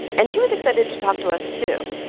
and she was excited to talk to us, too